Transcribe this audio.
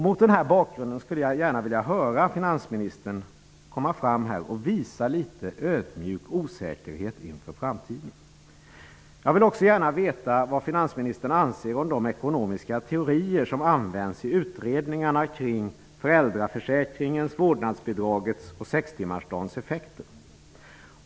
Mot denna bakgrund skulle jag gärna vilja att finansministern visade litet ödmjuk osäkerhet inför framtiden. Jag vill också gärna veta vad finansministern anser om de ekonomiska teorier som används i utredningarna kring föräldraförsäkringens, vårdnadsbidragets och sextimmarsdagens effekter.